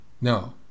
No